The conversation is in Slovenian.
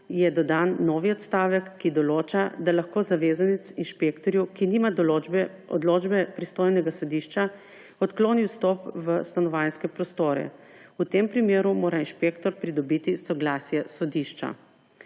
je dodan novi odstavek, ki določa, da lahko zavezanec inšpektorju, ki nima odločbe pristojnega sodišča, odkloni vstop v stanovanjske prostore. V tem primeru mora inšpektor pridobiti soglasje sodišča.